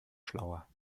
schlauer